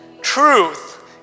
truth